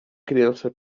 criança